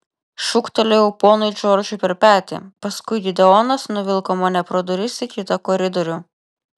šūktelėjau ponui džordžui per petį paskui gideonas nuvilko mane pro duris į kitą koridorių